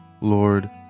Lord